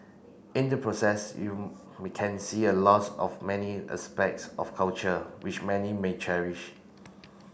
in the process you may can see a loss of many aspects of culture which many may cherish